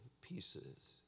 pieces